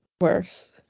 worse